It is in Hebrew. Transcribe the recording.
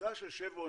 הכניסה של שברון,